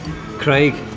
Craig